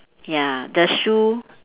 ya the shoe